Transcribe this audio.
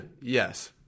Yes